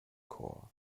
chor